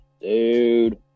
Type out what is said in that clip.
dude